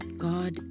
God